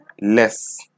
less